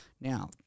Now